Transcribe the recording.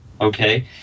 Okay